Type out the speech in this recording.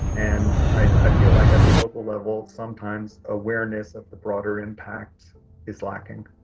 and i feel like at the local level, sometimes awareness of the broader impact is lacking